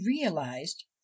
realized